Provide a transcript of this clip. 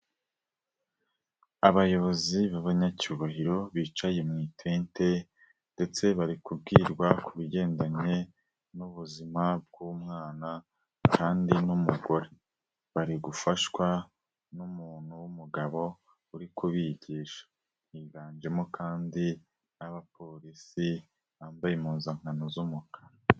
Abayobozi b'abanyacyubahiro bicaye mu itente ndetse bari kubwirwa ku bigendanye n'ubuzima bw'umwana kandi n'umugore, bari gufashwa n'umuntu w'umugabo, uri kubigisha higanjemo kandi n'abapolisi bambaye impuzankano z'umukara.